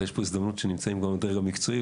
יש פה הזדמנות שנמצאים פה מהדרג המקצועי.